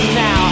now